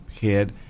head